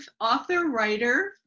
author-writer